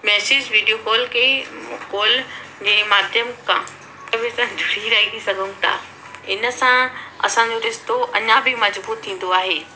message video call के call जे माध्यम का हिक ॿिए सां जुड़ी रही सघूं था इन सा असांजो रिश्तो अञा बि मजबूत थींदो आहे